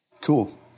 Cool